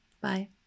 bye